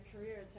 career